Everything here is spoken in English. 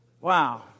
Wow